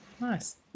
Nice